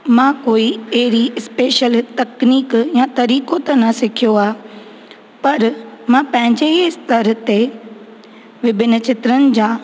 मां कोई अहिड़ी स्पेशल तकनीक यां तरीक़ो त न सिखियो आहे परि मां पंहिंजे ई स्तर ते विभिन्न चित्रनि जा